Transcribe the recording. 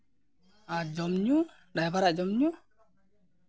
ᱟᱨ ᱡᱚᱢᱼᱧᱩ ᱰᱟᱭᱵᱷᱟᱨᱟᱜ ᱡᱚᱢᱼᱧᱩ